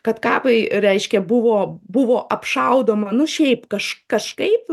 kad kabai reiškia buvo buvo apšaudoma nu šiaip kaž kažkaip